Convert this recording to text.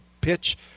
pitch